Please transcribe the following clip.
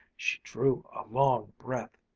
she drew a long breath.